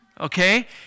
okay